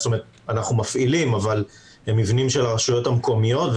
אנחנו מפעילים אבל הם מבנים של הרשויות המקומיות,